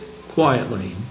quietly